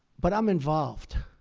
but i'm involved.